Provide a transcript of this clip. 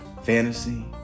Fantasy